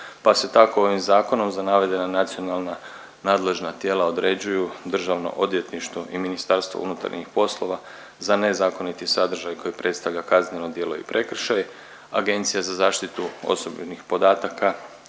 pa se tako ovim zakonom za navedena nacionalna nadležna tijela određuju Državno odvjetništvo i MUP za nezakoniti sadržaj koji predstavlja kazneno djelo i prekršaj, Agencija za zaštitu osobnih podataka